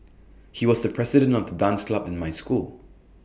he was the president of the dance club in my school